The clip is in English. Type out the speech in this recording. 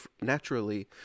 naturally